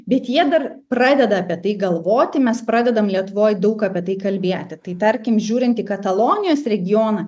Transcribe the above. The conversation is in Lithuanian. bet jie dar pradeda apie tai galvoti mes pradedam lietuvoj daug apie tai kalbėti tai tarkim žiūrint į katalonijos regioną